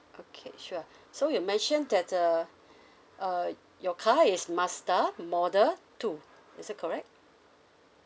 okay sure so you mentioned that uh uh your car is mazda model two is it correct